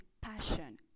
passion